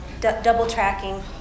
double-tracking